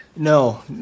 No